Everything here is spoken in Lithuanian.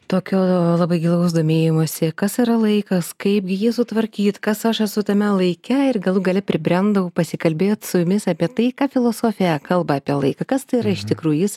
tokio labai gilaus domėjimosi kas yra laikas kaipgi jį sutvarkyt kas aš esu tame laike ir galų gale pribrendau pasikalbėt su jumis apie tai ką filosofija kalba apie laiką kas tai yra iš tikrųjų jis